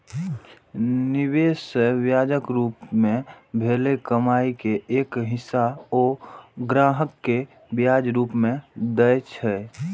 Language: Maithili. निवेश सं ब्याजक रूप मे भेल कमाइ के एक हिस्सा ओ ग्राहक कें ब्याजक रूप मे दए छै